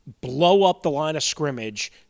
blow-up-the-line-of-scrimmage